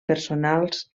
personals